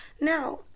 Now